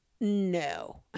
No